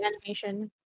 animation